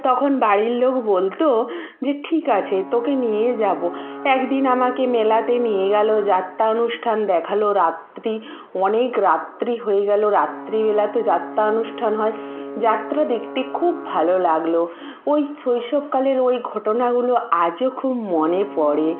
তখন বাড়ির লোক বলত যে ঠিক আছে তোকে নিয়ে যাব এক দিন আমাকে মেলাতে নিয়ে গেল যাত্রা অনুষ্ঠান দেখালো রাত্রি অনেক রাত্রি হয়ে গেল রাত্রিবেলাতে যাত্রা অনুষ্ঠান হয় যাত্রা দেখতে খুব ভালো লাগল ওই শৈশবকালের ওই ঘটনাগুলো আজও খুব মনে পড়ে